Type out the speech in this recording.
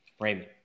Raymond